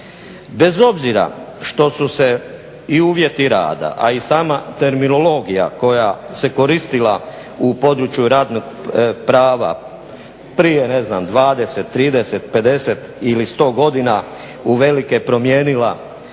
Bez obzira što su se i uvjeti rada, a i sam terminologija koja se koristila u području radnog prava prije 20, 30, 50 ili 100 godina uvelike promijenila,